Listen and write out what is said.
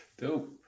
Dope